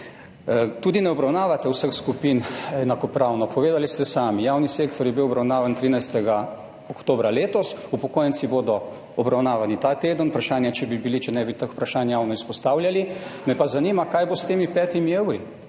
Tudi ne obravnavate vseh skupin enakopravno. Povedali ste sami, javni sektor je bil obravnavan 13. oktobra letos, upokojenci bodo obravnavani ta teden. Vprašanje, če bi bili, če ne bi teh vprašanj javno izpostavljali. Me pa zanima, kaj bo s temi petimi evri.